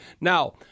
Now